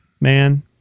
man